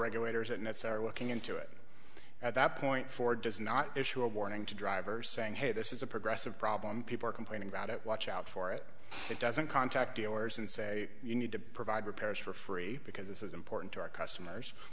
regulators and it's are looking into it at that point ford does not issue a warning to drivers saying hey this is a progressive problem people are complaining about it watch out for it it doesn't contact dealers and say you need to provide repairs for free because this is important to our customers